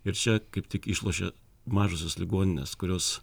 ir čia kaip tik išlošia mažosios ligoninės kurios